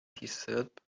desert